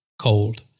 cold